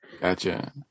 Gotcha